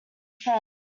friends